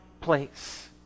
place